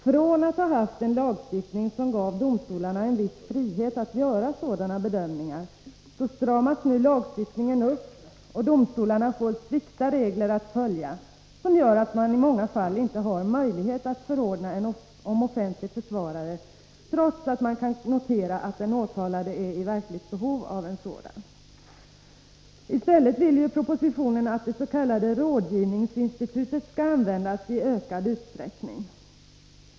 Från att vi har haft en lagstiftning som gav domstolarna en viss frihet att göra sådana bedömningar, stramas nu lagstiftningen upp, och domstolarna får strikta regler att följa, som gör att man i många fall inte har möjlighet att förordna om offentlig försvarare, trots att det kan noteras att den åtalade är i verkligt behov av en sådan. : I stället förordas det ju i propositionen att det s.k. rådgivningsinstitutet skall användas i ökad utsträckning.